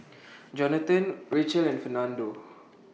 Johnathan Racheal and Fernando